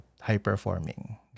high-performing